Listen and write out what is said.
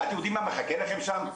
אתם יודעים מה מחכה לכם שם,